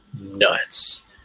Nuts